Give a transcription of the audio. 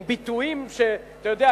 עם ביטויים שאתה יודע,